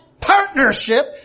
partnership